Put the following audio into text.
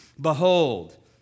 Behold